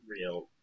real